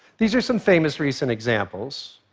these are some famous recent examples.